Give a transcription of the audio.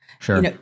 Sure